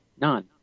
None